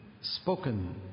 spoken